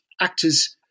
actors